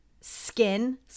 skin